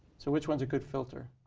so which one is a good filter?